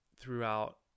throughout